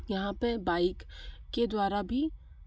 यहाँ पर बाइक के द्वारा भी